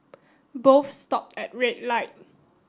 both stopped at a red light